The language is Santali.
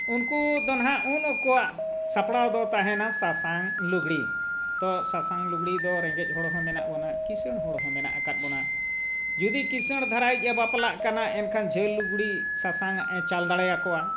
ᱩᱱᱠᱩ ᱫᱚ ᱱᱟᱦᱟᱜ ᱩᱱ ᱩᱱᱠᱩᱣᱟᱜ ᱥᱟᱯᱲᱟᱣ ᱫᱚ ᱛᱟᱦᱮᱱᱟ ᱥᱟᱥᱟᱝ ᱞᱩᱜᱽᱲᱤᱡ ᱛᱚ ᱥᱟᱥᱟᱝ ᱞᱩᱜᱽᱲᱤᱡ ᱫᱚ ᱨᱮᱸᱜᱮᱡ ᱦᱚᱲ ᱦᱚᱸ ᱢᱮᱱᱟᱜ ᱵᱚᱱᱟ ᱠᱤᱥᱟᱹᱬ ᱦᱚᱲ ᱦᱚᱸ ᱢᱮᱱᱟᱜ ᱟᱠᱟᱫ ᱵᱚᱱᱟ ᱡᱩᱫᱤ ᱠᱤᱥᱟᱹᱬ ᱫᱷᱟᱨᱟᱭᱤᱡ ᱮ ᱵᱟᱯᱞᱟᱜ ᱠᱟᱱᱟ ᱮᱱᱠᱷᱟᱱ ᱡᱷᱟᱹᱞ ᱞᱩᱜᱽᱲᱤᱡ ᱥᱟᱥᱟᱝᱟᱜ ᱮ ᱪᱟᱞ ᱫᱟᱲᱮᱭᱟᱠᱚᱣᱟ